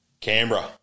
Canberra